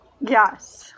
Yes